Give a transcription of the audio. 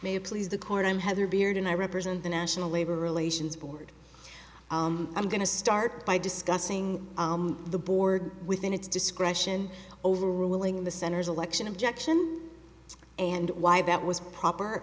may please the court i'm heather beard and i represent the national labor relations board i'm going to start by discussing the board within its discretion overruling the center's election objection and why that was proper